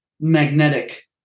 magnetic